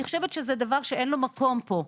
אני חושבת שזה דבר שאין לו מקום פה,